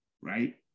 Right